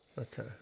Okay